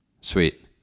Sweet